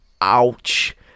ouch